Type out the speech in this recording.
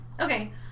Okay